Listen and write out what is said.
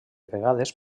vegades